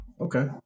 okay